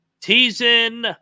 teasing